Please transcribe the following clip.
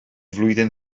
flwyddyn